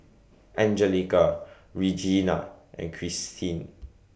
Anjelica Regena and Christene